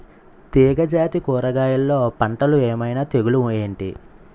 తీగ జాతి కూరగయల్లో పంటలు ఏమైన తెగులు ఏంటి?